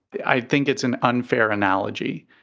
i think it's an unfair analogy.